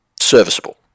Serviceable